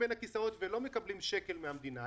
בין הכיסאות ולא מקבלים שקל מהמדינה?